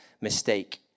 mistake